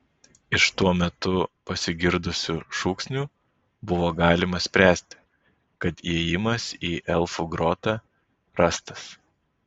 iš tuo metu pasigirdusių šūksnių buvo galima spręsti kad įėjimas į elfų grotą rastas